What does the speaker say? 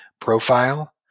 profile